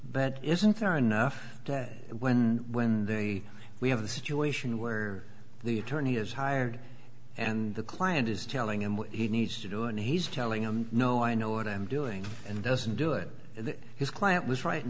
but isn't there enough when when they we have a situation where the attorney is hired and the client is telling him what he needs to do and he's telling him no i know what i'm doing and doesn't do it that his client was right and